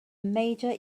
major